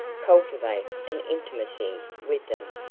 cultivate an intimacy with them,